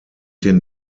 den